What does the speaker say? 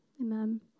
amen